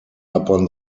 upon